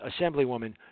Assemblywoman